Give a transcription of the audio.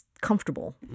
comfortable